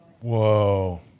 Whoa